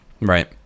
Right